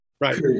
Right